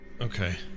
Okay